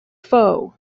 foe